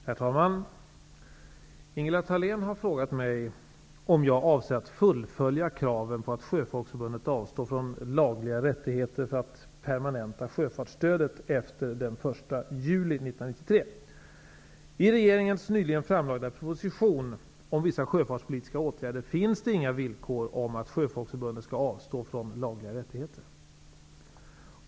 Herr talman! Ingela Thalén har frågat mig om jag avser att fullfölja kraven på att Sjöfolksförbundet avstår från lagliga rättigheter för att permanenta sjöfartsstödet efter den 1 juli 1993. I regeringens nyligen framlagda proposition om vissa sjöfartspolitiska åtgärder finns det inga villkor om att Sjöfolksförbundet skall avstå från lagliga rättigheter.